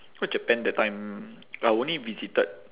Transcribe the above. cause japan that time I only visited